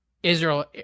Israel